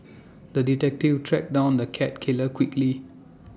the detective tracked down the cat killer quickly